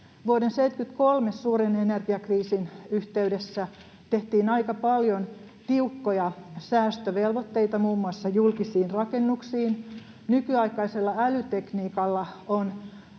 Vuoden 73 suuren energiakriisin yhteydessä tehtiin aika paljon tiukkoja säästövelvoitteita muun muassa julkisiin rakennuksiin. Nykyaikaisella älytekniikalla on